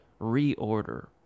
reorder